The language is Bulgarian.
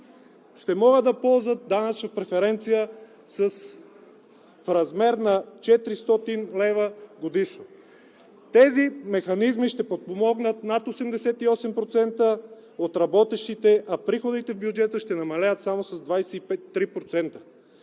ще могат да ползват данъчна преференция в размер на 400 лв. годишно. Тези механизми ще подпомогнат над 88% от работещите, а приходите в бюджета ще намалеят само с 25,3%.